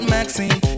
Maxine